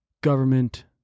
government